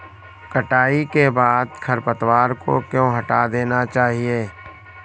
कटाई के बाद खरपतवार को क्यो हटा देना चाहिए?